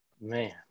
Man